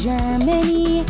Germany